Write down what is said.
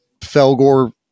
Felgor